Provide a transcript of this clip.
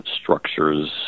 structures